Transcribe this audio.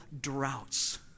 droughts